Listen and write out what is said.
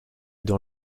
dans